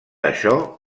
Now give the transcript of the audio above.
això